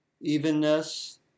evenness